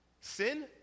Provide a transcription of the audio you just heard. Sin